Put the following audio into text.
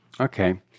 Okay